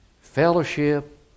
Fellowship